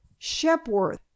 Shepworth